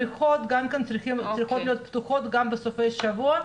בריכות גם כן צריכות להיות פתוחות גם בסופי שבוע.